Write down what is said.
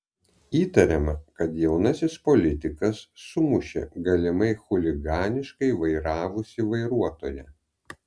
įtariama kad jaunasis politikas sumušė galimai chuliganiškai vairavusį vairuotoją